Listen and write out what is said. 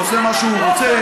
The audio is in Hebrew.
עושה מה שהוא רוצה,